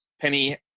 Penny